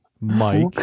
Mike